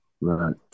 right